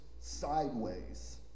sideways